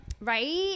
Right